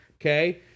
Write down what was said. Okay